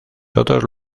todos